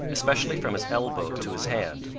especially from his elbow to his hand.